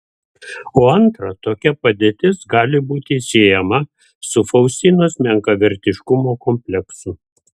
o antra tokia padėtis gali būti siejama su faustinos menkavertiškumo kompleksu